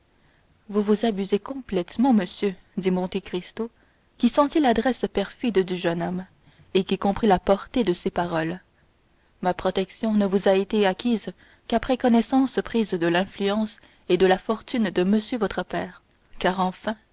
vous vous abusez complètement monsieur dit monte cristo qui sentit l'adresse perfide du jeune homme et qui comprit la portée de ses paroles ma protection ne vous a été acquise qu'après connaissance prise de l'influence et de la fortune de monsieur votre père car enfin